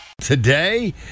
Today